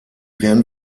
werden